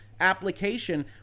application